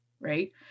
right